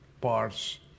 parts